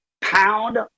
pound